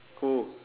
cool